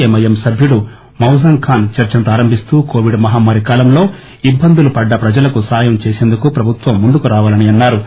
MIM సభ్యుడు మౌజాం ఖాన్ చర్చను ప్రారంభిస్తూ కోవిడ్ మహమ్మారి కాలంలో ఇబ్బందులు పడ్డ ప్రజలకు సాయం చేసేందుకు ప్రభుత్వం ముందుకు రావాలని అన్నా రు